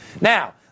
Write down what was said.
Now